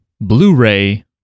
Blu-ray